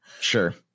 Sure